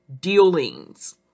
dealings